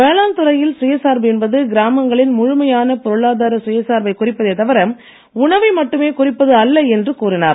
வேளாண் துறையில் சுயசார்பு என்பது கிராமங்களின் முழுமையான பொருளாதார சுயசார்பை குறிப்பதே தவிர உணவை மட்டுமே குறிப்பது அல்ல என்று அவர் கூறினார்